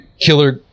killer